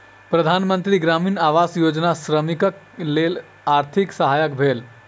प्रधान मंत्री ग्रामीण आवास योजना श्रमिकक लेल आर्थिक सहायक भेल